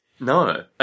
No